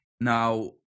Now